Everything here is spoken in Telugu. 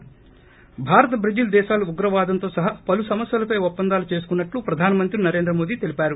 ి భారత్ బ్రెజిల్ దేశాలు ఉగ్రవాదంతో సహా పలు సమస్యలపై ఒప్పందాలు చేసుకున్నట్లు ప్రధానమంత్రి నరేంద్ర మోదీ తెలిపారు